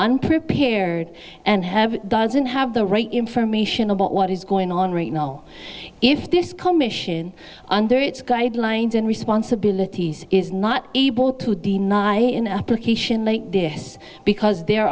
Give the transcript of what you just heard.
unprepared and have doesn't have the right information about what is going on right now if this commission under its guidelines and responsibilities is not able to deny an application there is because there